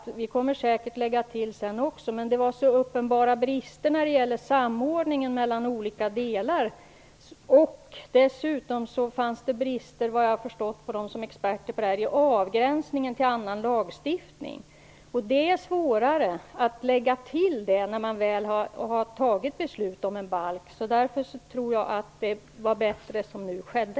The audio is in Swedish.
Det blir säkert tillägg sedan också. Men det var så uppenbara brister när det gällde samordningen mellan olika delar. Dessutom fanns det brister - såvitt jag har förstått av dem som är experter på området - i avgränsningen till annan lagstiftning. Det är svårare att avhjälpa när man väl har fattat beslut om en balk. Därför tror jag att det var bättre som nu skedde.